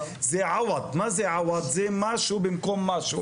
זה עוואד זה משהו במקום משהו,